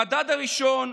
המדד הראשון,